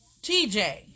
TJ